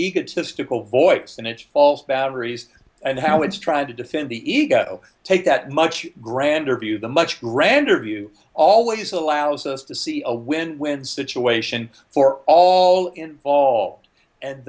egotistical voice and it's false batteries and how it's trying to defend the ego take that much grander view the much grander view always allows us to see a win win situation for all involved and